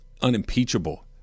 unimpeachable